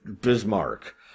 Bismarck